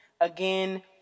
Again